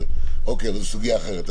אבל זאת סוגיה אחרת.